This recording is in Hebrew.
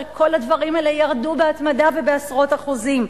הרי כל הדברים האלה ירדו בהתמדה ובעשרות אחוזים.